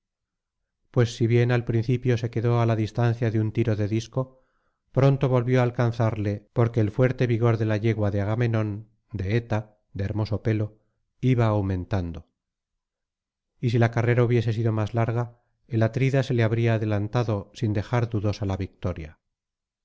pues si bien al principio se quedó á la distancia de un tiro de disco pronto volvió á alcanzarle porque el fuerte vigor de la yegua de agamenón de eta de hermoso pelo iba aumentando y si la carrera hubiese sido más larga el atrida se le habría adelantado sin dejar dudosa la victoria